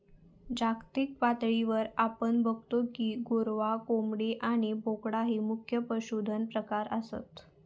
जागतिक पातळीवर आपण बगतो की गोरवां, कोंबडी आणि बोकडा ही मुख्य पशुधन प्रकार आसत